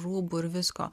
rūbų ir visko